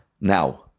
now